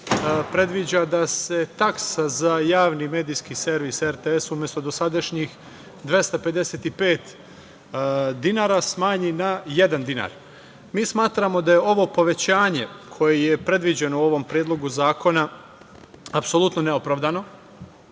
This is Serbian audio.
predviđa da se taksa za javni medijski servis RTS umesto dosadašnjih 255 dinara smanji na jedan dinar. Mi smatramo da je ovo povećanje koje je predviđeno u ovom predlogu zakona apsolutno neopravdano.